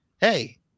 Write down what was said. Hey